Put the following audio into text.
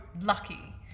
lucky